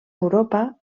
europa